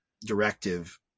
directive